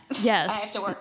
yes